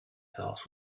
thoughts